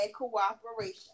cooperation